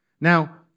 Now